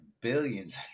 billions